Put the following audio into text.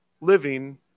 living